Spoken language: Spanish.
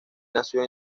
nació